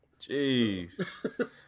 Jeez